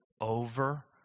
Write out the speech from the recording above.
over